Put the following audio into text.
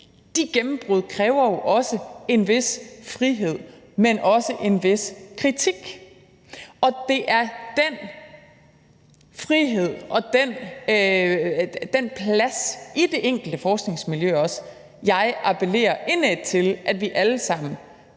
De gennembrud kræver jo en vis frihed, men også en vis kritik. Det er den frihed og den plads i også det enkelte forskningsmiljø, jeg indædt appellerer til at vi alle sammen